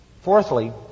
Fourthly